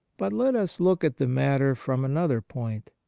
but let us look at the matter from another point.